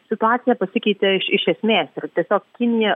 situacija pasikeitė iš esmės ir tiesiog kinija